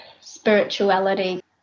spirituality